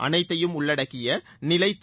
அனைத்தையும் உள்ளடக்கிய நிலைத்த